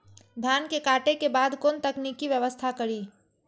धान के काटे के बाद कोन तकनीकी व्यवस्था करी?